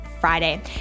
Friday